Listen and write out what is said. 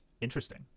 Interesting